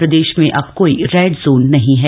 प्रदेश में अब कोई रेड जोन नहीं है